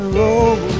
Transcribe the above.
roll